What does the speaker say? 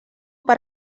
per